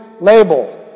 label